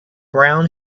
brown